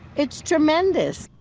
it's tremendous.